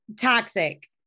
Toxic